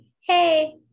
hey